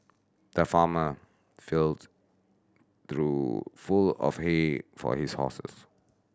the farmer filled trough full of hay for his horses